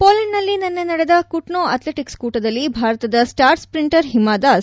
ಪೋಲೆಂಡ್ನಲ್ಲಿ ನಿನ್ನೆ ನಡೆದ Kutno athletics ಕೂಟದಲ್ಲಿ ಭಾರತದ ಸ್ಟಾರ್ ಸ್ಪಿಂಟರ್ ಹೀಮಾ ದಾಸ್